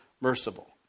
merciful